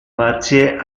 facie